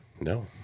No